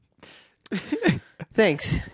Thanks